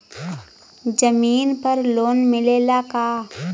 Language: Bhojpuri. जमीन पर लोन मिलेला का?